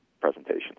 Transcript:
presentation